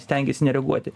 stengiasi nereaguoti